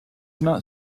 not